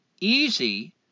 easy